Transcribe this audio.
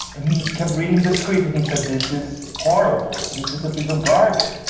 and he kept reading the script, and he said, this is horrible, this is a piece of garbage.